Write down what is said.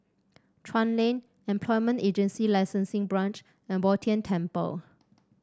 Chuan Lane Employment Agency Licensing Branch and Bo Tien Temple